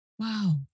Wow